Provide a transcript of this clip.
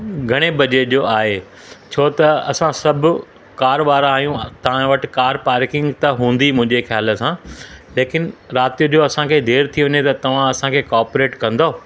घणे बजे जो आहे छो त असां सभु कार वारा आहियूं तव्हां वटि कार पार्किंग त हूंदी मुंहिंजे ख़्याल सां लेकिन राति जो असांखे देरि थी वञे त तव्हां असांखे कोपरेट कंदो